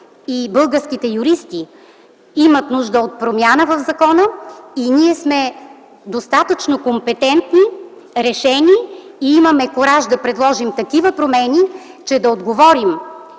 магистрати и юристи имат нужда от промяна в закона и ние сме достатъчно компетентни, решени и имаме кураж да предложим такива промени, че да отговорим